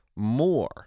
more